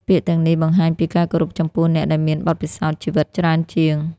ពាក្យទាំងនេះបង្ហាញពីការគោរពចំពោះអ្នកដែលមានបទពិសោធន៍ជីវិតច្រើនជាង។